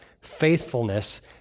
faithfulness